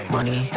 Money